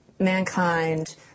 Mankind